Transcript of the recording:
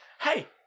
hey